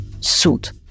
suit